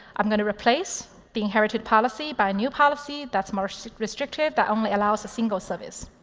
i'm going to replace the inherited policy by a new policy that's more so restrictive that only allows a single service.